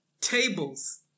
tables